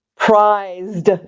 Prized